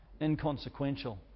inconsequential